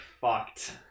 fucked